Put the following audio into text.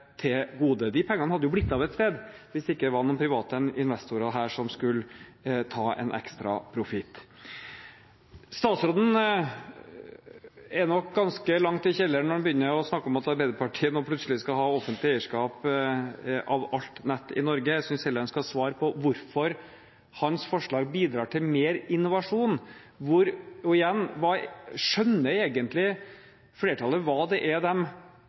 til gode. De pengene hadde jo blitt av et sted hvis det ikke var private investorer som skulle ha en ekstra profitt. Statsråden er nok ganske langt nede i kjelleren når han begynner å snakke om at Arbeiderpartiet nå plutselig skal ha offentlig eierskap av alt nett i Norge. Jeg synes heller han skal svare på hvorfor hans forslag bidrar til mer innovasjon. Igjen: Skjønner egentlig flertallet hva det er